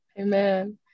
Amen